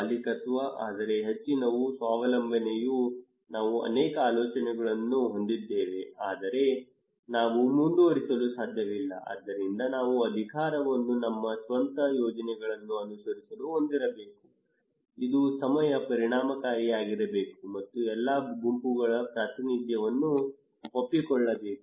ಮಾಲೀಕತ್ವ ಆದರೆ ಹೆಚ್ಚಿನವು ಸ್ವಾವಲಂಬನೆಯು ನಾವು ಅನೇಕ ಆಲೋಚನೆಗಳನ್ನು ಹೊಂದಿದ್ದೇವೆ ಆದರೆ ನಾವು ಮುಂದುವರಿಸಲು ಸಾಧ್ಯವಿಲ್ಲ ಆದ್ದರಿಂದ ನಾವು ಅಧಿಕಾರವನ್ನು ನಮ್ಮ ಸ್ವಂತ ಯೋಜನೆಗಳನ್ನು ಅನುಸರಿಸಲು ಹೊಂದಿರಬೇಕು ಇದು ಸಮಯ ಪರಿಣಾಮಕಾರಿಯಾಗಿರಬೇಕು ಮತ್ತು ಎಲ್ಲಾ ಗುಂಪುಗಳ ಪ್ರಾತಿನಿಧ್ಯವನ್ನು ಒಪ್ಪಿಕೊಳ್ಳಬೇಕು